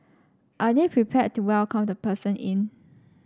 are they prepared to welcome the person in